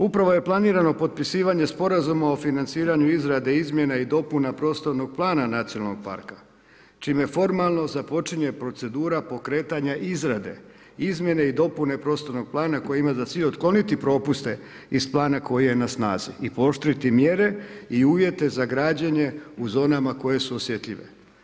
Upravo je planirano potpisivanje Sporazuma o financiranju izrade izmjena i dopuna prostornog plana nacionalnog parka čime formalno započinje procedura pokretanja izrade izmjene i dopune prostornog plana koji ima za cilj otkloniti propuste iz plana koji je na snazi i pooštriti mjere i uvjete za građenje u zonama koje su osjetljive.